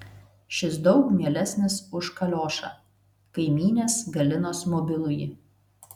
šis daug mielesnis už kaliošą kaimynės galinos mobilųjį